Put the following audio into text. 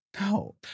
No